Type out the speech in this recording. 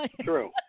true